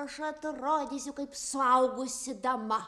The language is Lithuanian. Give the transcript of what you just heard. aš atrodysiu kaip suaugusi dama